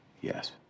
Yes